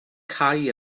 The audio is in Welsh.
cau